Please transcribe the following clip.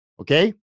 Okay